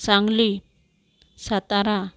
Sangli Satara